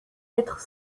être